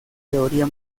teoría